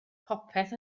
popeth